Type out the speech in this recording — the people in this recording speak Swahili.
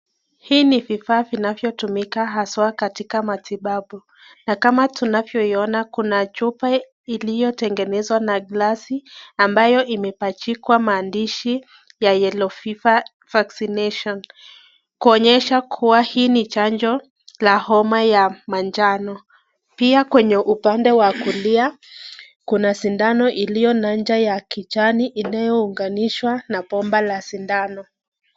Hii ni vifaa vinavyotumika haswa katika matibabu na kama tunavyoiona kuna chupa iliyotengenezwa na glasi ambayo imepachikwa maandishi ya yellow fever vaccination ,kuonyesha kuwa hii ni chanjo la homa ya manjano. Pia kwenye upande wa kulia kuna sindano iliyona inchi ya kijani inayounganishwa na bomba ya sindano.